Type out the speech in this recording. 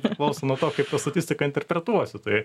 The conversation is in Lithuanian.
priklauso nuo to kaip tą statistiką interpretuosiu tai